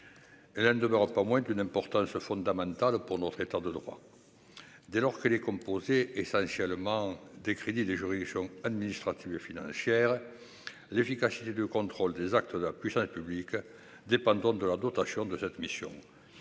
là ne demeure pas moins une importance fondamentale pour notre État de droit, dès lors que les composés essentiellement des crédits des juridictions administratives et financières, l'efficacité de contrôle des actes de la plus à public dépendante de la d'autres actions de cette mission,